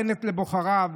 להתנתקות.